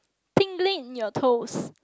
tingling in your toes